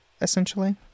essentially